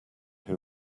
who